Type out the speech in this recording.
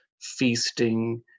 feasting